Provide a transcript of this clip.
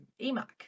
EMAC